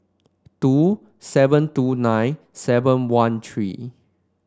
two seven two nine seven one three